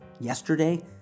yesterday